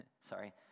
sorry